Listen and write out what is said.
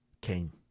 came